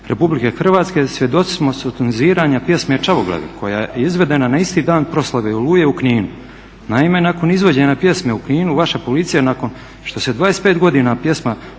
od Vlade RH svjedoci smo sotoniziranja pjesme Čavoglave koja je izvedena na isti dan proslave "Oluje" u Kninu. Naime, nakon izvođenja pjesme u Kninu vaša policija nakon što se 25 godina pjesma